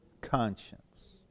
conscience